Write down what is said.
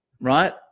right